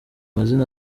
mazina